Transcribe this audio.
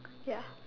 ya